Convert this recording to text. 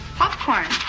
popcorn